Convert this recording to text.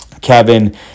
Kevin